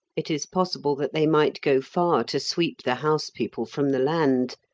it is possible that they might go far to sweep the house people from the land.